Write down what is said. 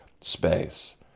space